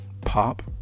Pop